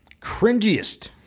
cringiest